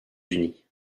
unies